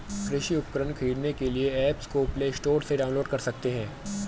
कृषि उपकरण खरीदने के लिए एप्स को प्ले स्टोर से डाउनलोड कर सकते हैं